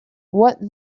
what